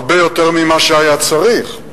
הרבה יותר ממה שהיה צריך.